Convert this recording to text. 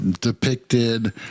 depicted